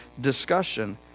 discussion